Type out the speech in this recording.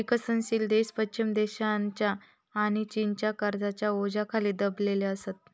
विकसनशील देश पश्चिम देशांच्या आणि चीनच्या कर्जाच्या ओझ्याखाली दबलेले असत